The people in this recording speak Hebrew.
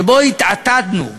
שבו התעתדנו להצביע,